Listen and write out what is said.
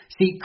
See